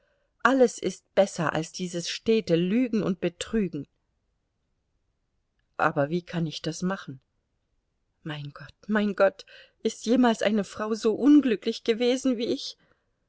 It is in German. alles ist besser als dieses stete lügen und betrügen aber wie kann ich das machen mein gott mein gott ist jemals eine frau so unglücklich gewesen wie ich